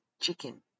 Chicken